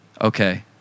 Okay